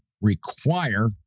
require